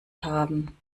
haben